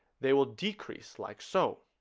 they will decrease like so